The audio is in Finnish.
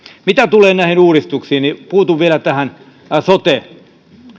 mitä tulee näihin uudistuksiin niin puutun vielä tähän sote